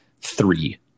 three